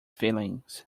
feelings